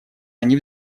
они